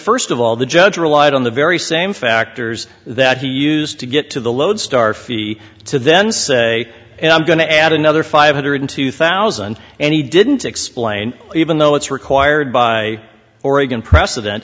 first of all the judge relied on the very same factors that he used to get to the load star fee to then say i'm going to add another five hundred two thousand and he didn't explain even though it's required by oregon precedent